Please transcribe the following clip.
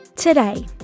Today